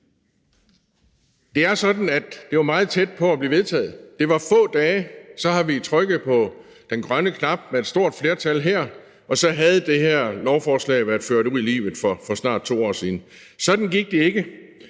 Det er sådan, at det var meget tæt på at blive vedtaget. Der var få dage til, at vi havde trykket på den grønne knap med et stort flertal her, og så havde det her lovforslag været ført ud i livet for snart 2 år siden. Sådan gik det ikke.